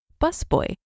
busboy